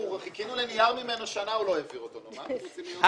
חיכינו לנייר ממנו, שנה הוא לא העביר אותו, סליחה,